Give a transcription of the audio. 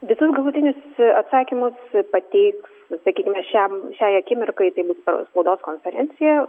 visus galutinius atsakymus pateiks nu sakykime šiam šiai akimirkai tai butų spaudos konferencija